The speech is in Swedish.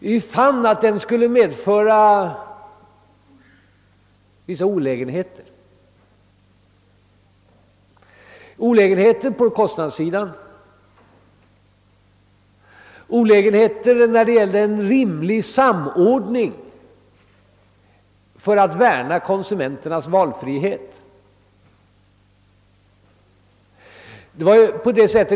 Vi fann att den skulle medföra vissa olägenheter — olägenheter på kostnadssidan, olägenheter när det gällde en rimlig samordning för att värna konsumenternas valfrihet.